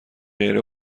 غیر